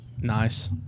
nice